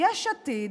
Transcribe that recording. יש עתיד